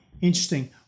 interesting